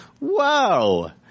Wow